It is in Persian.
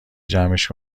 جمعش